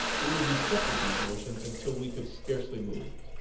we would be kept at these motions until we could scarcely move.